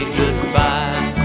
goodbye